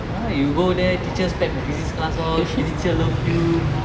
ah you go there teachers pet the physics class all teacher love you